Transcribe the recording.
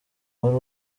wari